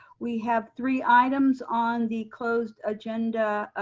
we have three items on the closed agenda